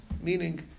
Meaning